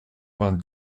vingt